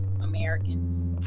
Americans